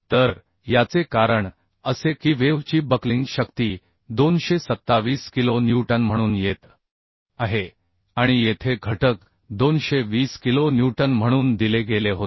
तर याचे कारण असे की वेव्ह ची बक्लिंग शक्ती 227 किलो न्यूटन म्हणून येत आहे आणि येथे घटक 220 किलो न्यूटन म्हणून दिले गेले होते